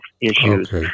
issues